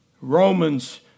Romans